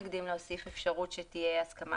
להוסיף אפשרות להסכמה